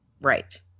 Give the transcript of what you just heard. right